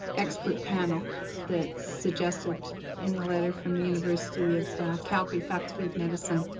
expert panel that's suggested in the letter from the university of calgary faculty of medicine,